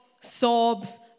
sobs